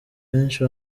benshi